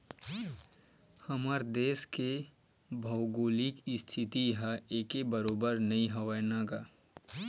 हमर देस के भउगोलिक इस्थिति ह एके बरोबर नइ हवय न गा